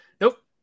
Nope